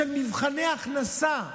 של מבחני הכנסה.